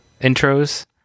intros